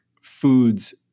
foods